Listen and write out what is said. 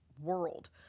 world